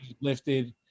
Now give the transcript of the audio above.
lifted